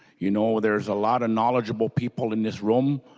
you know there's a lot of knowledgeable people in this room.